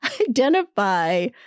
identify